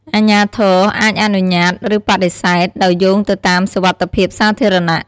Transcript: អាជ្ញាធរអាចអនុញ្ញាត ឬបដិសេធ ដោយយោងទៅតាមសុវត្ថិភាពសាធារណៈ។